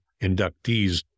inductees